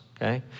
Okay